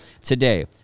today